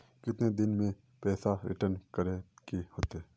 कितने दिन में पैसा रिटर्न करे के होते?